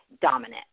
dominant